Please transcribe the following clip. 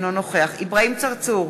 אינו נוכח אברהים צרצור,